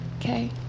Okay